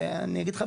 אני אגיד לך,